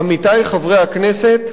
עמיתי חברי הכנסת,